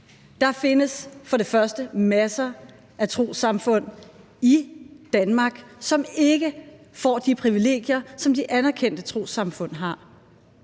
Der findes masser af trossamfund i Danmark, som ikke får de privilegier, som de anerkendte trossamfund har,